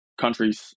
countries